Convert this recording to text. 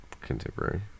contemporary